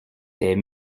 tes